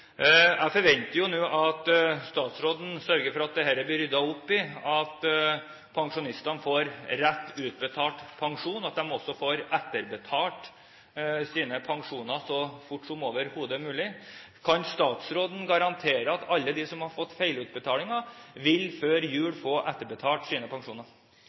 Jeg forventer nå at statsråden sørger for at det blir ryddet opp i dette, at pensjonistene får utbetalt rett pensjon, og at de også får etterbetalt sine pensjoner så fort som overhodet mulig. Kan statsråden garantere at alle som har fått feilutbetalinger, før jul vil få etterbetalt sine pensjoner?